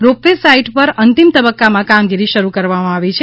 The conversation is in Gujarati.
રોપવે સાઈટ પર અંતિમ તબક્કામાં કામગીરી શરૂ કરવામાં આવી છે